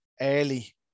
early